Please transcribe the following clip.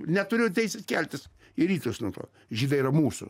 neturėjo teisės keltis į rytus nuo to žydai yra mūsų